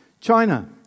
China